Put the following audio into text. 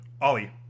Ollie